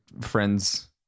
friends